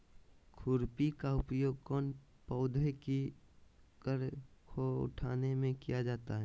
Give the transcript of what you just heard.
खुरपी का उपयोग कौन पौधे की कर को उठाने में किया जाता है?